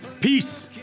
Peace